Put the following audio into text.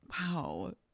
wow